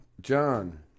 John